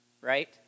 right